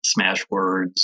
Smashwords